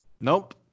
Nope